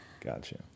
Gotcha